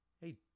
hey